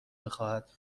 بخواهد